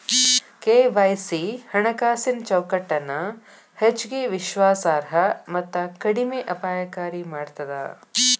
KYC ಹಣಕಾಸಿನ್ ಚೌಕಟ್ಟನ ಹೆಚ್ಚಗಿ ವಿಶ್ವಾಸಾರ್ಹ ಮತ್ತ ಕಡಿಮೆ ಅಪಾಯಕಾರಿ ಮಾಡ್ತದ